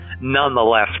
nonetheless